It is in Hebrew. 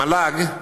המל"ג,